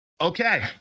Okay